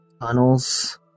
tunnels